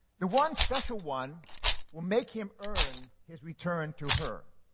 the one special one will make him earn his return to her.